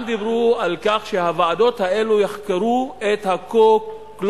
גם דיברו על כך שהוועדות האלה יחקרו את ה"קו-קלוקס-קלאן",